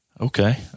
Okay